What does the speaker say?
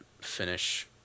finish